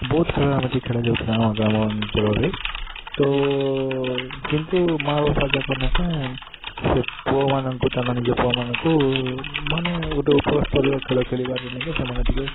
ବହୁତ୍ ଖେଳ ଏମିତି ଖେଳା ଯାଉଥିଲା ଆମ ଗ୍ରାମ ଅଞ୍ଚଳରେ ତ କିନ୍ତୁ ମାଆ ବାପା ଯାକ ନି କାଏଁ ସେ ପୁଅମାନଙ୍କୁ ତାଙ୍କ ନିଜ ପୁଅମାନଙ୍କୁ ମାନେ ଗୁଟେ ଉପର୍ସ୍ଥରୀୟ ଖେଳ ଖେଳିବାର୍ ନି କାଏଁ ସେମାନେ ଟିକେ